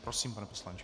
Prosím, pane poslanče.